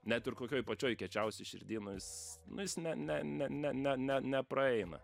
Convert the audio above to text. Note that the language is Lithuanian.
net ir kokioj pačioj kiečiausioj širdy nu jis nu jis ne ne ne ne ne ne nepraeina